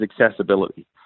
accessibility